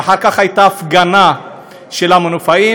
ואחר כך הייתה הפגנה של המנופאים,